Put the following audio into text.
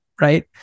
right